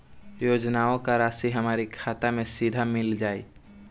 योजनाओं का राशि हमारी खाता मे सीधा मिल जाई?